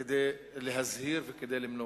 כדי להזהיר וכדי למנוע.